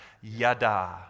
Yada